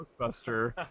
Ghostbuster